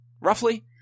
roughly